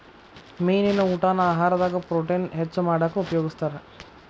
ಮೇನಿನ ಊಟಾನ ಆಹಾರದಾಗ ಪ್ರೊಟೇನ್ ಹೆಚ್ಚ್ ಮಾಡಾಕ ಉಪಯೋಗಸ್ತಾರ